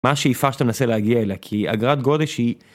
מה השאיפה שאתה מנסה להגיע אליה כי אגרת גודש היא.